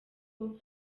kuko